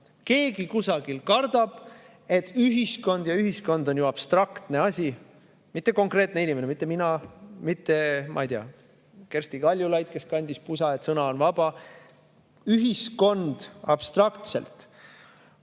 Keegi kusagil kardab, et ühiskond – ja ühiskond on ju abstraktne asi, mitte konkreetne inimene, mitte mina, mitte Kersti Kaljulaid, kes kandis pusa, et sõna on vaba –, ühiskonna turvalisus